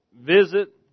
Visit